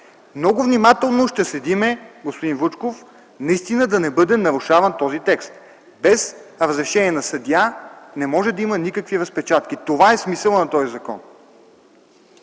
много внимателно ще следим, господин Вучков, наистина да не бъде нарушаван този текст: „Без разрешение на съдия не може да има никакви разпечатки.” Това е смисълът на този закон.